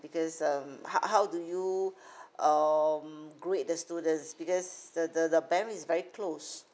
because um how how do you um grade the students because the the the bandwidth is very close